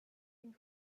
une